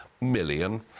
million